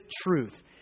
truth